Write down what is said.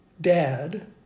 dad